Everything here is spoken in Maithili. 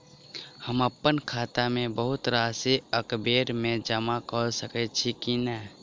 हम अप्पन खाता मे बहुत राशि एकबेर मे जमा कऽ सकैत छी की नै?